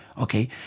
Okay